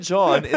John